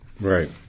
Right